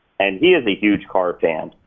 and he is a huge car fan.